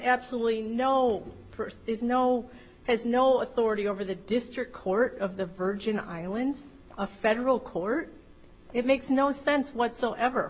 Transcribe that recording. absolutely no first is no has no authority over the district court of the virgin islands a federal court it makes no sense whatsoever